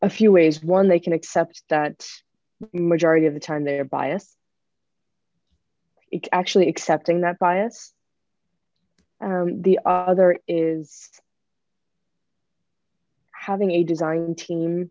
a few ways one they can accept that the majority of the time they are biased actually accepting that bias the other is having a design team